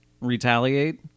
retaliate